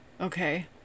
Okay